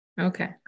Okay